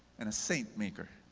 and a saint-maker.